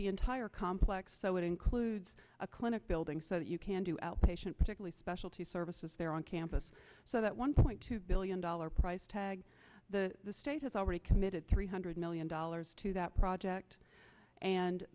the entire complex so it includes a clinic building so that you can do outpatient particular specialty services there on campus so that one point two billion dollars price tag the state has already committed three hundred million dollars to that project and